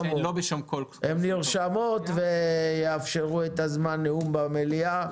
הן נרשמות ויאפשרו את זמן הנאום במליאה.